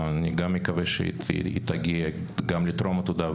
אני גם מקווה שהיא תגיע גם לטרום עתודה,